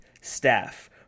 staff